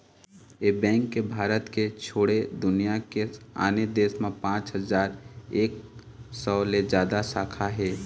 ए bank के भारत के छोड़े दुनिया के आने देश म पाँच हजार एक सौ ले जादा शाखा हे